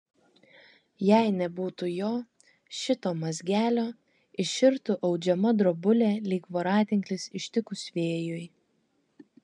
jei nebūtų jo šito mazgelio iširtų audžiama drobulė lyg voratinklis ištikus vėjui